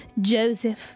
Joseph